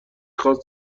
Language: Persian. خواست